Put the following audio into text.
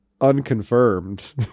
unconfirmed